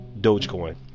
Dogecoin